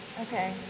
Okay